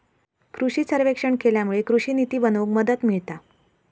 कृषि सर्वेक्षण केल्यामुळे कृषि निती बनवूक मदत मिळता